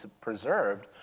preserved